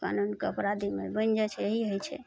कानूनके अपराधीमे बनि जाइ छै एहि होइ छै